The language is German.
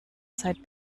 seit